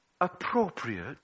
appropriate